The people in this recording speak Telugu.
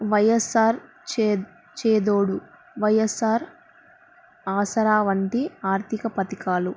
వైఎస్ఆర్ చేద్ చేదోడు వైఎస్ఆర్ ఆసరా వంటి ఆర్థిక పథకాలు